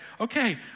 okay